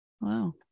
Wow